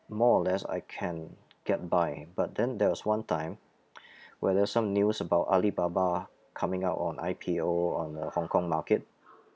more or less I can get by but then there was one time where there's some news about alibaba coming out on I_P_O on the hong kong market